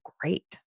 great